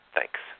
Thanks